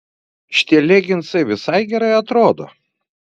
šitie leginsai visai gerai atrodo